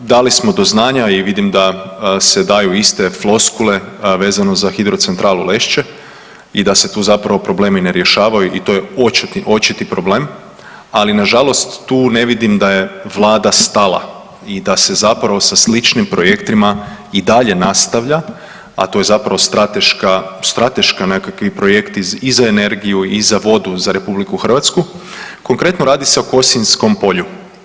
Dali smo do znanja i vidim da se daju iste floskule vezano za Hidrocentralu Lešće i da se tu zapravo problemi ne rješavaju i to je očiti, očiti problem, ali nažalost tu ne vidim da je vlada stala i da se zapravo sa sličnim projektima i dalje nastavlja, a to je zapravo strateška, strateška nekakvi projekti i za energiju i za vodu za RH, konkretno radi se o Kosinjskom polju.